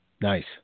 Nice